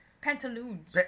Pantaloons